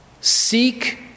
seek